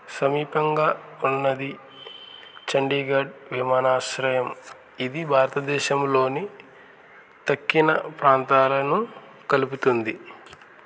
సమీపంగా ఉన్నది చండీగఢ్ విమానాశ్రయం ఇది భారతదేశంలోని తక్కిన ప్రాంతాలను కలుపుతుంది